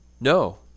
no